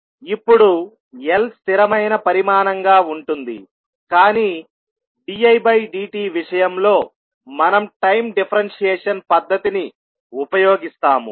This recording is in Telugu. ఇప్పుడుLస్థిరమైన పరిమాణంగా ఉంటుందికానీ didt విషయంలో మనం టైం డిఫరెంషియేషన్ పద్ధతిని ఉపయోగిస్తాము